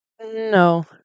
no